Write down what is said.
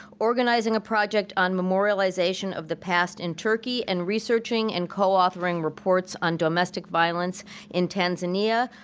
organizing a project on memorialization of the past in turkey, and researching and coauthoring reports on domestic violence in tanzania,